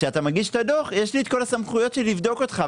כשאתה מגיש את הדוח יש לי את כל הסמכויות שלי לבדוק אותך,